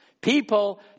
People